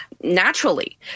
naturally